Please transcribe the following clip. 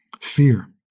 fear